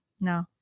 no